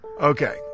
Okay